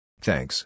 Thanks